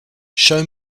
show